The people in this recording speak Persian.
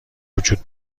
وجود